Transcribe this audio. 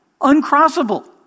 uncrossable